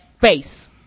face